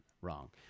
wrong